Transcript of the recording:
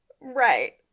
right